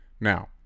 Now